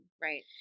right